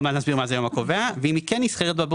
מעט נסביר מה זה היום הקובע ואם היא כן נסחרת בבורסה,